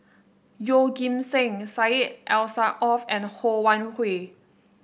Yeoh Ghim Seng Syed Alsagoff and Ho Wan Hui